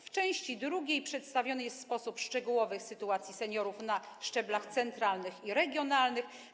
W części drugiej przedstawiona jest w sposób szczegółowy sytuacja seniorów na szczeblach centralnym i regionalnym.